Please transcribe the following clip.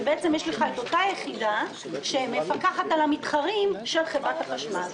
שבעצם יש לך את אותה יחידה שמפקחת על המתחרים של חברת החשמל.